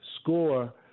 score